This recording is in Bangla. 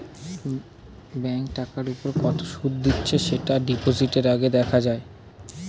ব্যাঙ্ক টাকার উপর কত সুদ দিচ্ছে সেটা ডিপোজিটের আগে দেখা যায়